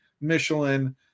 Michelin